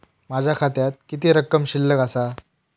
माझ्या खात्यात किती रक्कम शिल्लक आसा?